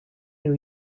new